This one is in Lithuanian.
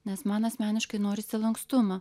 nes man asmeniškai norisi lankstumo